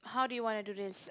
how do you wanna do this